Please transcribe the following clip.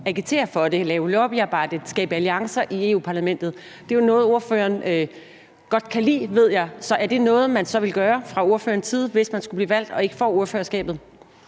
agitere for det – lave lobbyarbejde, skabe alliancer – i Europa-Parlamentet. Det er jo noget, ordføreren godt kan lide, ved jeg, så er det noget, man så vil gøre fra ordførerens side, hvis man skulle blive valgt og ikke får ordførerskabet?